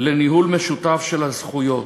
לניהול משותף של הזכויות.